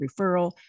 Referral